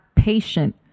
patient